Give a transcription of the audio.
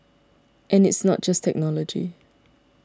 and it's not just technology